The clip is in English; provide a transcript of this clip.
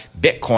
Bitcoin